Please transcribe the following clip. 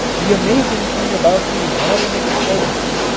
the amazing thing about these modern explosives,